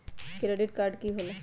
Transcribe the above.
Credit card की होला?